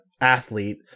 athlete